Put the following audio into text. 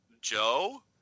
Joe